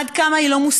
עד כמה היא לא מוסרית,